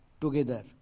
together